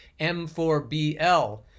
M4BL